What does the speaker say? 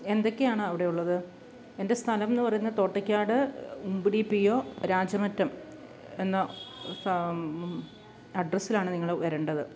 എന്തൊക്കെയാണ് അവിടെ ഉള്ളത് എൻ്റെ സ്ഥലമെന്നു പറയുന്ന തോട്ടയ്ക്കാട് ഉമ്പിടി പി ഒ രാജമറ്റം എന്ന സാ അഡ്രസ്സിലാണ് നിങ്ങൾ വരേണ്ടത്